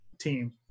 team